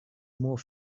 more